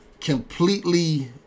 completely